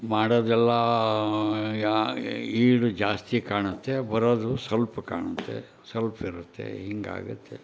ಮಾಡೋದೆಲ್ಲ ಈಡು ಜಾಸ್ತಿ ಕಾಣುತ್ತೆ ಬರೋದು ಸ್ವಲ್ಪ ಕಾಣುತ್ತೆ ಸ್ವಲ್ಪ ಇರುತ್ತೆ ಹಿಂಗಾಗುತ್ತೆ